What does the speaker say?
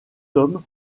tomes